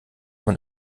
man